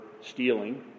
stealing